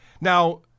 Now